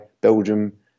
Belgium